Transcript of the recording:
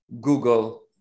Google